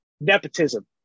nepotism